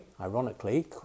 ironically